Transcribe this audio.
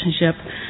relationship